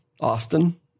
Austin